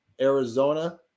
Arizona